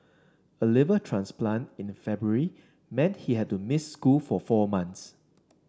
a liver transplant in February meant he had to miss school for four months